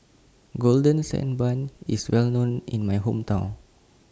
Golden Sand Bun IS Well known in My Hometown